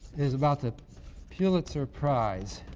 is about the pulitzer prize.